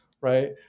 right